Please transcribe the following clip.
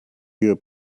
ihr